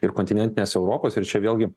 ir kontinentinės europos ir čia vėlgi